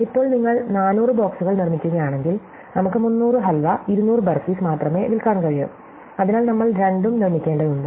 ഇപ്പോൾ നിങ്ങൾ 400 ബോക്സുകൾ നിർമ്മിക്കുകയാണെങ്കിൽ നമുക്ക് 300 ഹൽവ 200 ബാർഫിസ് മാത്രമേ വിൽക്കാൻ കഴിയൂ അതിനാൽ നമ്മൾ രണ്ടും നിർമ്മിക്കേണ്ടതുണ്ട്